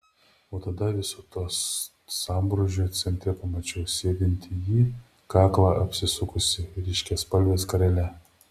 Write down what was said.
o tada viso to sambrūzdžio centre pamačiau sėdint jį kaklą apsisukusį ryškiaspalve skarele